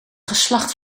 geslacht